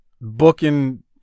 booking